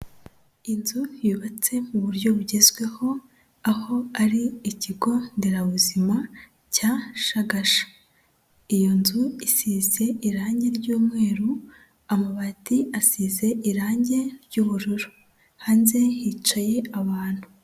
Inzu yubatse mu buryo bugezweho aho ari ikigo nderabuzima cya Shagasha, iyo nzu isize irangi ry'umweru, amabati asize irangi ry'ubururu, hanze hicaye abantu.